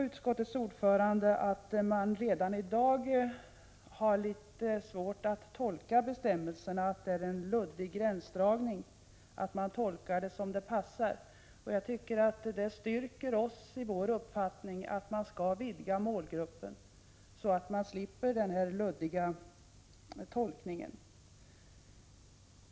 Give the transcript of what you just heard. Utskottets ordförande sade att man redan i dag har litet svårt att tolka bestämmelserna, att det är en luddig gränsdragning och att man tolkar dem som det passar. Jag tycker att det styrker oss i vår uppfattning att målgruppen skall vidgas, så att man slipper den här luddiga tolkningen.